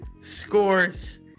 scores